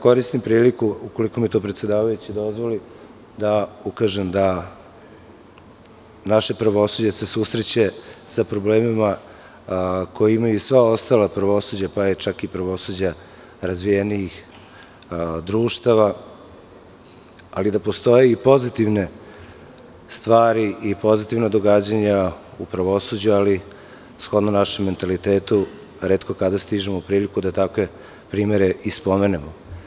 Koristim priliku, ukoliko mi to predsedavajući dozvoli, da ukažem da se naše pravosuđe susreće sa problemima koje imaju sva ostala pravosuđa, pa čak i pravosuđa razvijenijih društava, ali da postoje i pozitivne stvari i pozitivna događanja u pravosuđu, ali shodno našem mentalitetu, retko kada imamo priliku da takve primere i spomenemo.